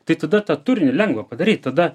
tai tada tą turinį lengva padaryt tada